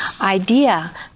idea